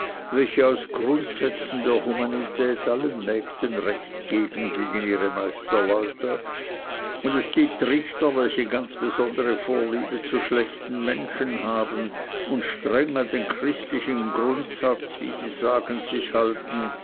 welche aus grundsätzen der humanität allen mägden recht geben gegen ihre meisterleute und es gibt richter welche ganz besondere vorliebe zu schlechten menschern haben und streng an den christlichen grundsatz wie sie sagen sich halten